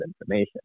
information